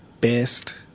best